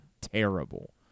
terrible